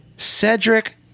Cedric